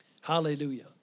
Hallelujah